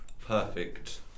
Perfect